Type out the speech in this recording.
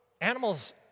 Animals